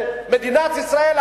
שמדינת ישראל,